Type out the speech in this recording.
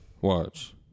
Watch